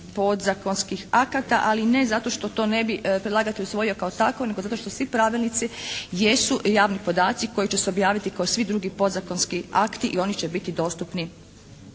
podzakonskih akata ali ne zato što to ne bi predlagatelj usvojio kao takvo, nego zato što svi pravilnici jesu javni podaci koji će se objaviti kao svi drugi podzakonski akti i oni će biti dostupni